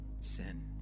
sin